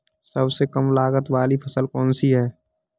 सबसे कम लागत वाली फसल कौन सी है?